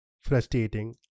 frustrating